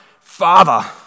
Father